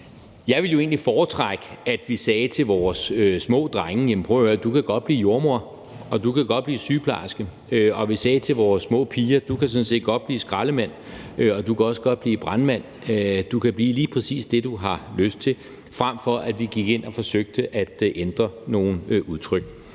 jeg ville egentlig foretrække, at vi sagde til vores små drenge: Jamen prøv at høre, du kan godt blive jordemoder, og du kan godt blive sygeplejerske, og at vi sagde til vore små piger: Du kan sådan set godt blive skraldemand, og du kan også godt blive brandmand; du kan blive lige præcis det, du har lyst til – fremfor at vi gik ind og forsøgte at ændre nogle udtryk.